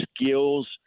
skills